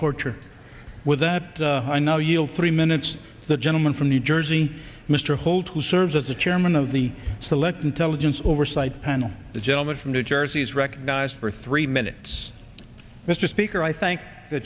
tortured with that i know you'll three minutes the gentleman from the mr holt who serves as the chairman of the select intelligence oversight panel the gentleman from new jersey is recognized for three minutes mr speaker i thank the